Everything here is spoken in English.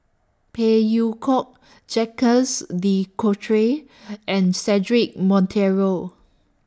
Phey Yew Kok Jacques De Coutre and Cedric Monteiro